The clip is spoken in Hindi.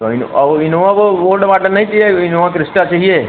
तो औ इनोवा वो ओल्ड मॉडल नहीं चाहिए इनोवा क्रिस्टा चाहिए